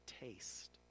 taste